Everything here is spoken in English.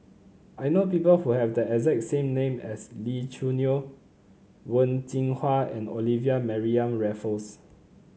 I know people who have the exact same name as Lee Choo Neo Wen Jinhua and Olivia Mariamne Raffles